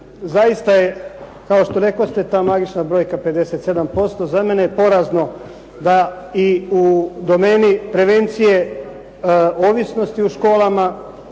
zaista je kao što rekoste ta magična brojka 57%. Za mene je porazno da i u domeni prevencije ovisnosti u školama,